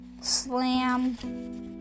Slam